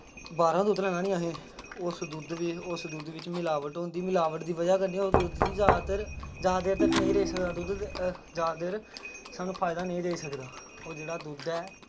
बाह्रा दा दुद्ध लैना निं असें उस दुद्ध उस दुद्ध बिच्च मलावट होंदी मलावट दी बज़ह् कन्नै उस दुद्ध दी जादातर जादा देर तक नेईं रेही सकदा दुद्ध जादा देर सानूं फायदा नेईं देई सकदा ओह् जेह्ड़ा दुद्ध ऐ